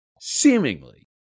seemingly